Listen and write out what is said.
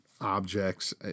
objects